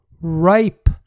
ripe